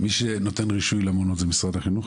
מי שנותן רישוי למעונות זה משרד החינוך,